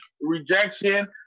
rejection